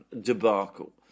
debacle